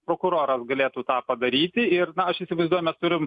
prokuroras galėtų tą padaryti ir na aš įsivaizduoju mes turim